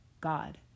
God